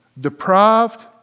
deprived